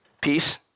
Peace